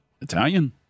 Italian